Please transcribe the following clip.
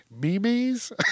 memes